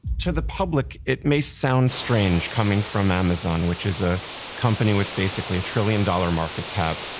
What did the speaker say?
to the public, it may sound strange coming from amazon, which is a company with basically a trillion-dollar market cap,